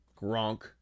Gronk